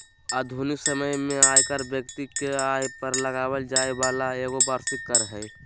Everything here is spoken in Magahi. आधुनिक समय में आयकर व्यक्ति के आय पर लगाबल जैय वाला एगो वार्षिक कर हइ